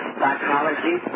psychology